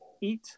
eat